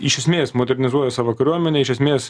iš esmės modernizuoja savo kariuomenę iš esmės